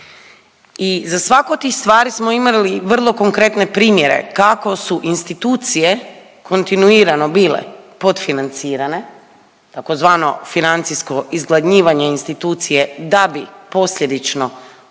I za svaku od tih stvari smo imali vrlo konkretne primjere kako su institucije kontinuirano bile podfinancirane, tzv. financijsko izgladnjivanje institucije da bi posljedično u 5 do